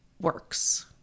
works